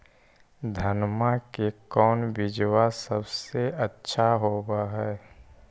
धनमा के कौन बिजबा सबसे अच्छा होव है?